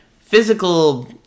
Physical